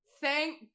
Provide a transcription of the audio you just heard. thank